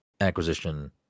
acquisition